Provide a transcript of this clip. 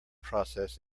process